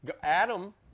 Adam